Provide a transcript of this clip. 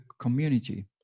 community